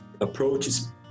approaches